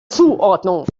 zuordnung